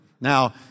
Now